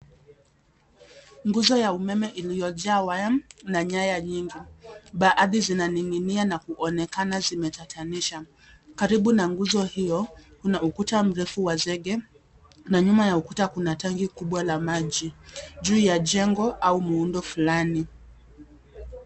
Nguzo ya umeme iliyojaa waya, na nyaya nyingi. Baadhi zinaning'inia na kuonekana zimetatanisha. Karibu na nguzo hiyo, kuna ukuta mrefu wa zenge, na nyuma ya ukuta kuna tanki kubwa la maji, juu ya jengo au muundo fulani.